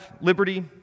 liberty